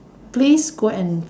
please go and